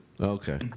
Okay